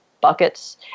buckets